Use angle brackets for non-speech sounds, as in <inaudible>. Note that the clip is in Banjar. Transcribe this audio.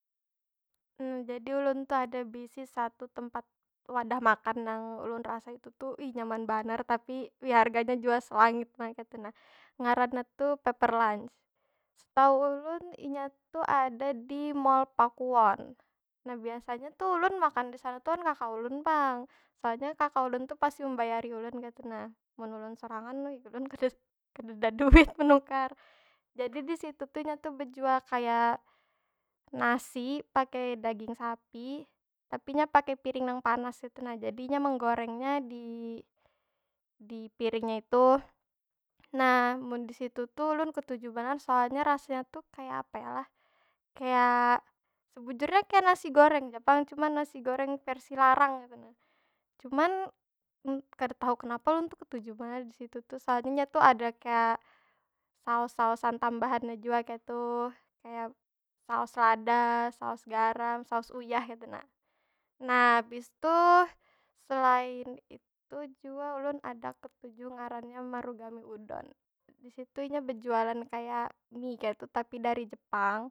<hesitation> jadi ulun tu ada bisi satu tempat wadah makan nang ulun rasa itu tu, ih nyaman banar. Tapi, wih harganya jua selangit ma ai, kaytu nah. Ngaranya tuh paper lunch. Setau ulun inya tu ada di mall pakuwon. Nah biasanya tuh ulun makan disana tu wan kaka ulun pang. Soalnya kaka ulun tu pasti membayari ulun kaytu nah. Mun ulun sorangan lo ulun kadeda, kadeda <laughs> duit menukar. jadi, di situ tuh inya tu bejual kaya, nasi pake daging sapi. Tapi inya pake piring nang panas kaytu nah. jadi inya menggorengnya di, di piringnya itu. Nah, mun di situ tuh ulun ketuju banar, soalnya rasanya tuh kaya apa yo lah? Kaya, sebujurnya kaya nasi goreng ja pang, cuma nasi goreng versi larang kaytu nah. Cuman, kada tahu kenapa ulun tu ketuju banar di situ tuh. Soalnya nya tu ada kaya, saos- saosan tambahannya jua kaytu. Kaya saos lada, saos garam, saos uyah kaytu nah. Nah, abis tu selain itu jua ulun ada ketuju ngarannya marugame udon. Di situ inya bejualan kaya, mie kaytu tapi dari jepang.